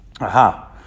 Aha